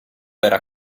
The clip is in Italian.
era